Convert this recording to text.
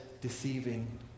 deceiving